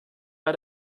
bei